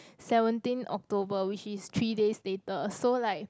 seventeen October which is three days later so like